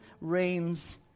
reigns